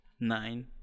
Nine